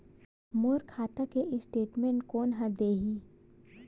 मोर खाता के स्टेटमेंट कोन ह देही?